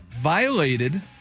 violated